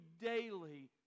daily